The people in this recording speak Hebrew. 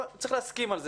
צריך להסכים על זה.